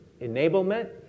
enablement